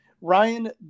Ryan